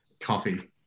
coffee